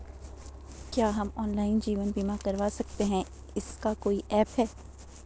क्या हम ऑनलाइन जीवन बीमा करवा सकते हैं इसका कोई ऐप है?